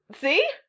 See